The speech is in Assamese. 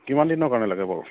কিমান দিনৰ কাৰণে লাগে বাৰু